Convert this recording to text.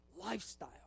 lifestyle